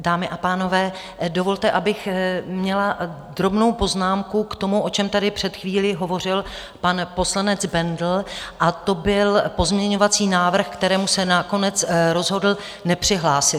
Dámy a pánové, dovolte, abych měla drobnou poznámku k tomu, o čem tady před chvílí hovořil pan poslanec Bendl, to byl pozměňovací návrh, ke kterému se nakonec rozhodl nepřihlásit.